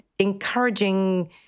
encouraging